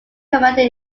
commander